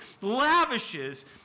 lavishes